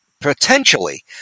potentially